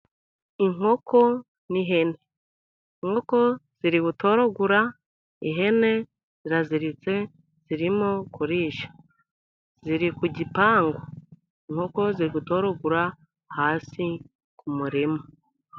Inkoko n'ihene, inkoko ziri gutoragura, ihene ziraziritse zirimo kurisha, ziri ku gipangu, inkoko ziri gutoragura hasi mu murima.